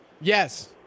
Yes